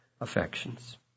affections